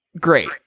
Great